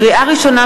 לקריאה ראשונה,